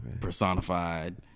personified